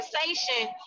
conversation